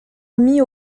mis